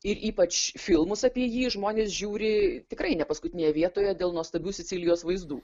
ir ypač filmus apie jį žmonės žiūri tikrai nepaskutinėje vietoje dėl nuostabių sicilijos vaizdų